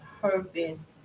purpose